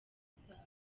zabo